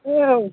औ